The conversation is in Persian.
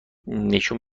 نشون